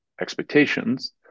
expectations